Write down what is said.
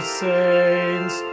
saints